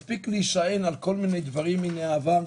מספיק להישען על כל מיני דברים מן העבר.